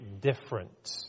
different